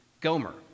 gomer